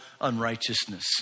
unrighteousness